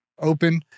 open